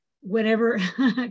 whenever